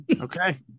okay